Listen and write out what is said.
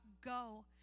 Go